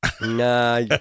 Nah